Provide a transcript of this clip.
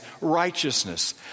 righteousness